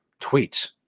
tweets